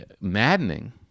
maddening